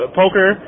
poker